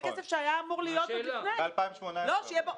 זה כסף שהיה אמור להיות עוד לפני, שיהיה ברור.